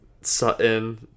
Sutton